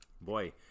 Boy